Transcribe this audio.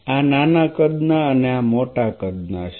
આ નાના કદ ના છે અને આ મોટા કદના છે